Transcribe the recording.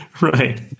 Right